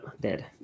dead